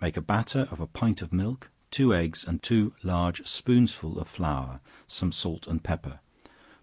make a batter of a pint of milk, two eggs, and two large spoonsful of flour some salt and pepper